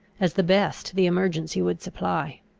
as the best the emergency would supply.